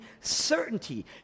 certainty